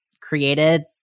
created